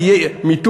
כי יהיה מיתון,